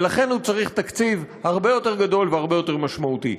ולכן הוא צריך תקציב הרבה יותר גדול והרבה יותר משמעותי,